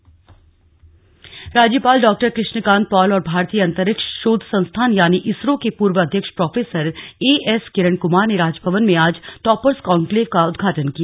उदघाटन राज्यपाल डॉ कृष्ण कान्त पॉल और भारतीय अंतरिक्ष शोध संस्थान यानि इसरो के पूर्व अध्यक्ष प्रोफेसर एएस किरन कुमार ने राजभवन में आज टापर्स कॉन्क्लेव का उदघाटन किया